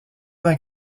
vingt